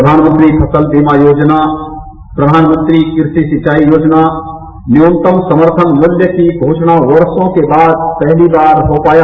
प्रधानमंत्री फसल बीमा योजना प्रधानमंत्री कृषि सिंचाई योजना न्यूनतम समर्थन मूल्य की घोषणा वर्षों के बाद पहली बार हो पाया